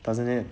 doesn't it